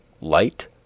light